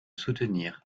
soutenir